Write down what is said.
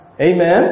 Amen